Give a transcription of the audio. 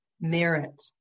merit